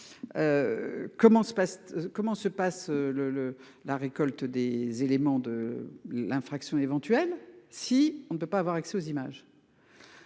comment se passe le le la récolte des éléments de l'infraction éventuelle si on ne peut pas avoir accès aux images.